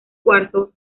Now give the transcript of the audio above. cuarzo